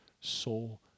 soul